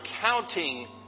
counting